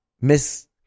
Miss